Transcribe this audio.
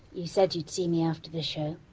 you said you'd see me after the show.